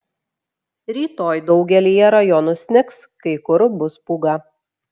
rytoj daugelyje rajonų snigs kai kur bus pūga